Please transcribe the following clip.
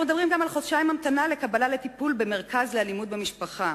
אנחנו מדברים גם על חודשיים המתנה לקבלה לטיפול במרכז לאלימות במשפחה,